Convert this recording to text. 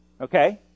Okay